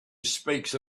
speaks